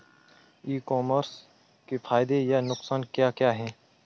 ई commerce के फायदे या नुकसान क्या क्या हैं?